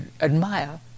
admire